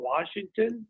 Washington